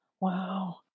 Wow